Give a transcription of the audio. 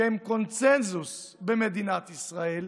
שהן קונסנזוס במדינת ישראל,